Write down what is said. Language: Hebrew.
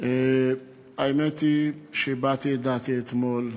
האמת היא שהבעתי את דעתי אתמול.